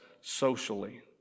socially